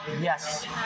yes